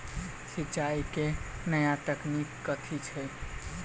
सिंचाई केँ नया तकनीक कथी छै?